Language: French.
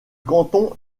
canton